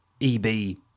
EB